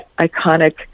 iconic